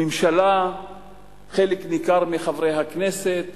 הממשלה וחלק ניכר מחברי הכנסת